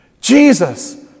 Jesus